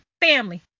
family